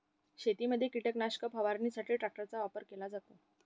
शेतीमध्ये कीटकनाशक फवारणीसाठी ट्रॅक्टरचा वापर केला जातो